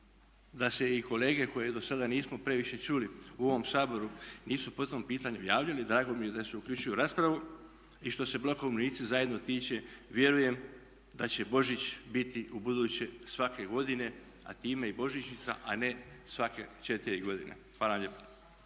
da se i kolege koje dosada nismo previše čuli u ovom Saboru nisu po tom pitanju javljali, drago mi je da se uključuju u raspravu i što se Bloka umirovljenici zajedno tiče vjerujem da će Božić biti ubuduće svake godine a time i božićnica a ne svake četiri godine. Hvala lijepa.